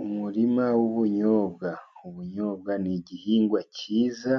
Umurima w'ubunyobwa, ubunyobwa ni igihingwa cyiza